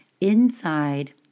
inside